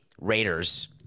Raiders